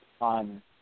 on